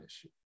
issue